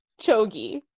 Chogi